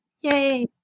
Yay